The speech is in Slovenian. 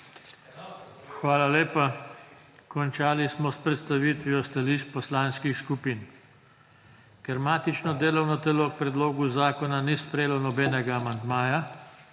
Hvala lepa. Končali smo s predstavitvijo stališč poslanskih skupin. Ker matično delovno telo k predlogu zakona ni sprejelo nobenega amandmaja